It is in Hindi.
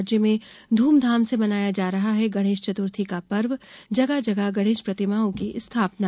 राज्य में धूमधाम से मनाया जा रहा है गणेश चतुर्थी का पर्व जगह जगह गणेश प्रतिमाओं की स्थापना